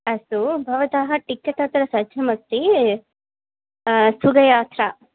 अस्तु भवतः टिकेट् अत्र सज्जमस्ति सुखं यात्रा